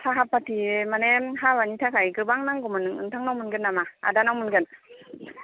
साहापात्ति माने हाबानि थाखाय गोबां नांगौमोन नोंथांनाव मोनगोन नामा आदानाव मोनगोन